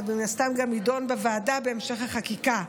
ומן הסתם זה גם יידון בוועדה בהמשך החקיקה,